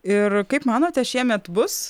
ir kaip manote šiemet bus